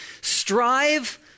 strive